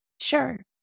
Sure